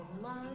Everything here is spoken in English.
love